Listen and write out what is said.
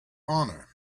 honor